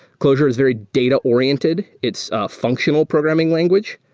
clojure is very data-oriented. it's functional programming language.